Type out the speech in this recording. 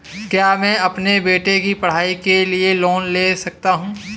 क्या मैं अपने बेटे की पढ़ाई के लिए लोंन ले सकता हूं?